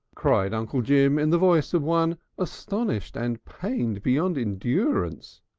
cried uncle jim in the voice of one astonished and pained beyond endurance,